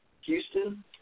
Houston